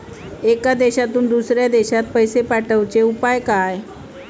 एका देशातून दुसऱ्या देशात पैसे पाठवचे उपाय काय?